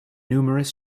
numerous